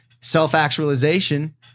self-actualization